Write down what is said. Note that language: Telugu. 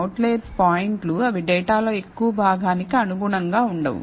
అవుట్లెర్స్ పాయింట్లు అవి డేటాలో ఎక్కువ భాగానికి అనుగుణంగా ఉండవు